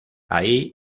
ahí